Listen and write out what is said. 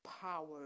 power